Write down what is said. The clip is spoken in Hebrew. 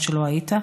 כשלא היית,